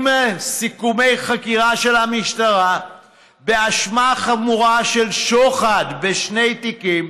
עם סיכומי חקירה של המשטרה באשמה חמורה של שוחד בשני תיקים,